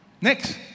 Next